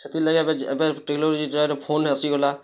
ସେଥିର୍ ଲାଗି ଏବେ ଏବେ ଟେକ୍ନୋଲୋଜି ଯାହାର ଫୋନ୍ ଆସିଗଲା